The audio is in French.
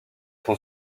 son